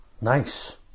Nice